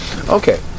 Okay